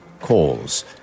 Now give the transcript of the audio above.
calls